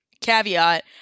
caveat